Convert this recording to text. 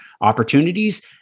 opportunities